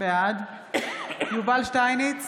בעד יובל שטייניץ,